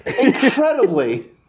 Incredibly